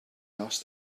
asked